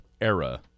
era